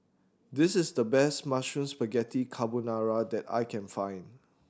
this is the best Mushroom Spaghetti Carbonara that I can find